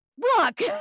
look